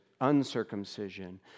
uncircumcision